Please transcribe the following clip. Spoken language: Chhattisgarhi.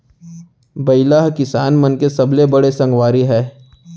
बइला ह किसान मन के सबले बड़े संगवारी हय